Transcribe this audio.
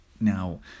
now